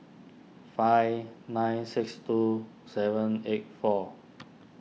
five nine six two seven eight four